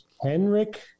Henrik